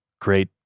great